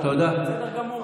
בסדר גמור.